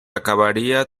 acabaría